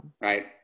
right